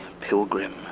pilgrim